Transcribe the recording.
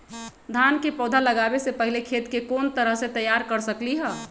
धान के पौधा लगाबे से पहिले खेत के कोन तरह से तैयार कर सकली ह?